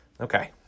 Okay